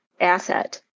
asset